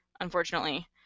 unfortunately